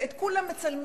ואת כולם מצלמים,